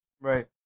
right